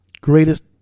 greatest